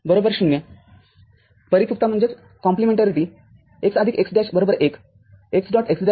0 0 परिपूरकता x x' 1 x